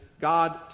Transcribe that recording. God